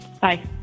bye